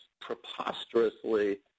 preposterously